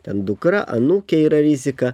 ten dukra anūkė yra rizika